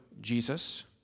Jesus